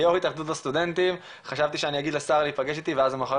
כיו"ר התאחדות הסטודנטים חשבתי שאני אגיד לשר להיפגש איתי ואז למחרת